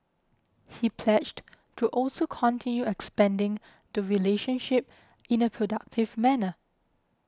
he pledged to also continue expanding the relationship in a productive manner